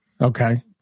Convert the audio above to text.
Okay